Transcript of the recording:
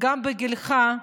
גם בגילך,